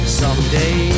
someday